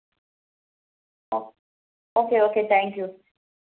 ആ okay okay thank you